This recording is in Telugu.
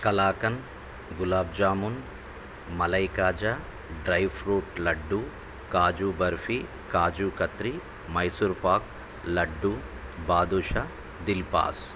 kalakand gulab jamun malai kaja dry fruit laddu kaju barfi kaju katri Mysore pak laddu badusha దిల్పాస్